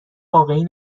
واقعی